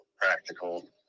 practical